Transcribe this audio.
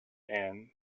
and